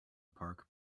park